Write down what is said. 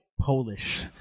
polish